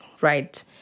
right